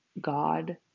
God